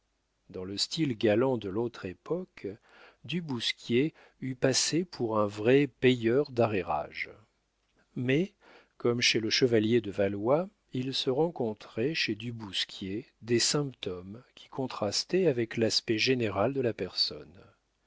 dans le style galant de l'autre époque du bousquier eût passé pour un vrai payeur d'arrérages mais comme chez le chevalier de valois il se rencontrait chez du bousquier des symptômes qui contrastaient avec l'aspect général de la personne